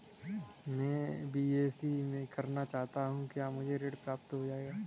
मैं बीएससी करना चाहता हूँ क्या मुझे ऋण प्राप्त हो जाएगा?